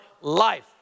life